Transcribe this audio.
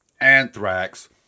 Anthrax